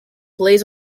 plays